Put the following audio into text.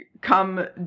come